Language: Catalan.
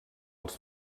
als